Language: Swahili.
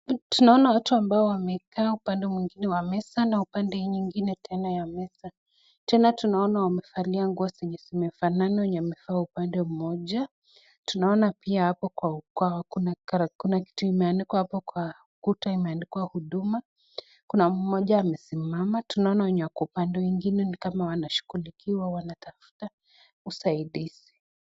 Tunaona watu wanekaa upande nyingine ya meza na upande nyingine ya meza, tena tunaona wamevalia nguo zenye zinafanana wamevalia uapnde mmoja, tunaona pia kuna kitu imeandikwa hapo kwa ukuta imeandikwa huduma, kuna mmoja amesimama, tunaona wenye wako upande ni kama wanamshughulikiwa wanatafta usaidizi.